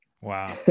Wow